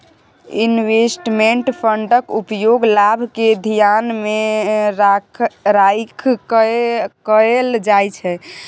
investment फंडक उपयोग लाभ केँ धियान मे राइख कय कअल जाइ छै